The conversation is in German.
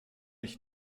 ich